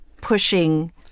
pushing